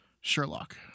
Sherlock